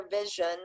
vision